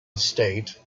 estate